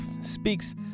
speaks